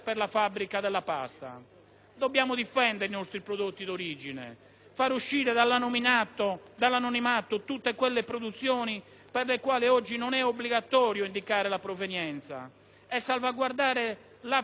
Dobbiamo difendere i nostri prodotti di origine, far uscire dall'anonimato tutte quelle produzioni per le quali oggi non è obbligatorio indicare la provenienza e salvaguardare la fiducia dei consumatori